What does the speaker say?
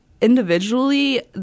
individually